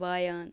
وایان